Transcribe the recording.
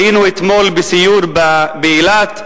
היינו אתמול בסיור באילת,